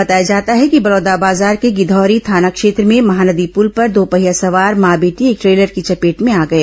बताया जाता है कि बलौदाबाजार के गिघौरी थाना क्षेत्र में महानदी पूल पर दोपहिया सवार मां बेटी एक ट्रेलर की चपेट में आ गए